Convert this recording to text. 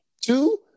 two